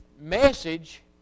message